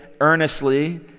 earnestly